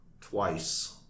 twice